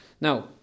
now